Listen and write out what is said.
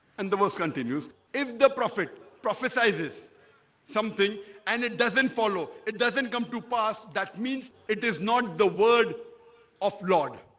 and the verse continues if the prophet prophesizes something and it doesn't follow it doesn't come to pass that means it is not the word of lord